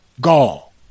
gall